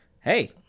hey